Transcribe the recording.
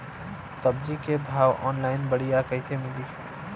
सब्जी के भाव ऑनलाइन बढ़ियां कइसे मिली?